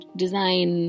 design